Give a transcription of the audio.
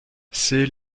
c’est